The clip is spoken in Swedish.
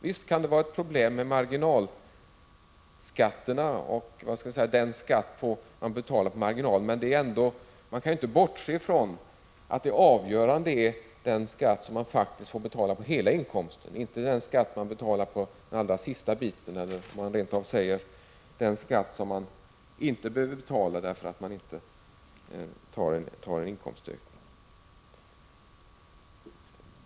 Visst kan det vara ett problem med den skatt man betalar på marginalen, men man kan ändå inte bortse från att det avgörande är den skatt man får betala på hela inkomsten och inte vad man får betala på den allra sista kronan, eller rent av den skatt man inte behöver betala därför att man avstår från en inkomstökning.